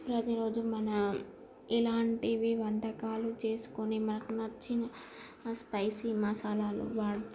ప్రతిరోజు మన ఇలాంటివి వంటకాలు చేసుకొని మనకు నచ్చిన స్పైసీ మసాలాలు వాడుతూ